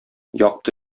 якты